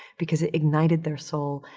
because it ignited their soul.